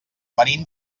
venim